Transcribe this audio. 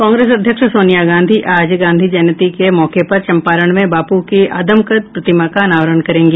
कांग्रेस अध्यक्ष सोनिया गांधी आज गांधी जयंती के मौके पर चंपारण में बापू की अदमकद प्रतिमा का अनावरण करेंगी